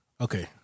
Okay